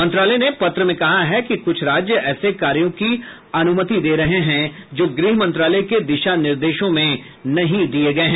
मंत्रालय ने पत्र में कहा है कि कुछ राज्य ऐसे कार्यों की अनुमति दे रहे हैं जो गृह मंत्रालय के दिशा निर्देशों में नहीं दिए गए हैं